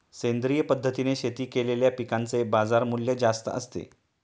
सेंद्रिय पद्धतीने शेती केलेल्या पिकांचे बाजारमूल्य जास्त असते